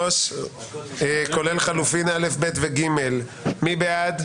רביזיה על 54. מי בעד?